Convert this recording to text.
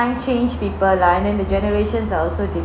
time changed people lah and then the generations are also diff~